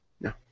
No